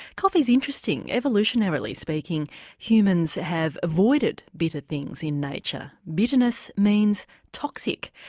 coffee is interesting, evolutionarily speaking humans have avoided bitter things in nature. bitterness means toxic,